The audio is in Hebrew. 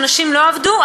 שנשים לא עבדו,